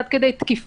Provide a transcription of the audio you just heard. עד כדי תקיפה,